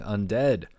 Undead